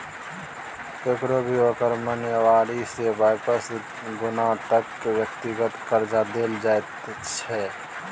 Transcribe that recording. ककरो भी ओकर महिनावारी से बाइस गुना तक के व्यक्तिगत कर्जा देल जाइत छै